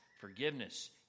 forgiveness